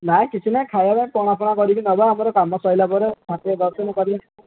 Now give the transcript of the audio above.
ନା କିଛି ନାଇଁ ଖାଇବା ପଣା ଫଣା କରିକି ନେବା ଆମର କାମ ସରିଲା ପରେ ଠାକୁର ଦର୍ଶନ କରି